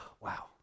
Wow